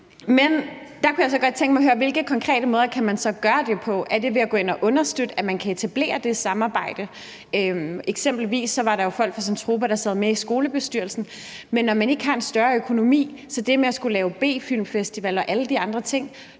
Men der kunne jeg så godt tænke mig at høre, hvilke konkrete måder man så kan gøre det på. Er det ved at gå ind at understøtte, at man kan etablere det samarbejde? Eksempelvis var der jo folk fra Zentropa, der sad med i skolebestyrelsen. Men i forhold til det med at skulle lave B-film-festivaler og alle de andre ting,